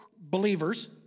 believers